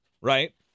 right